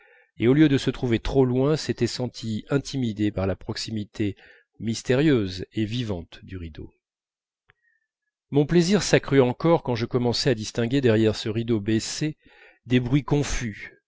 et au lieu de se trouver trop loin s'était sentie intimidée par la proximité mystérieuse et vivante du rideau mon plaisir s'accrut encore quand je commençai à distinguer derrière ce rideau baissé des bruits confus